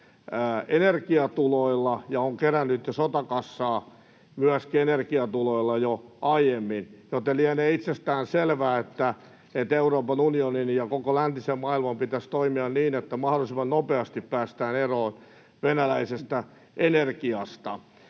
energiatuloilla ja on kerännyt sotakassaa energiatuloilla myöskin jo aiemmin, joten lienee itsestään selvää, että Euroopan unionin ja koko läntisen maailman pitäisi toimia niin, että mahdollisimman nopeasti päästään eroon venäläisestä energiasta.